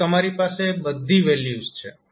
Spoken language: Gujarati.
હવે તમારી પાસે બઘી વેલ્યુઝ છે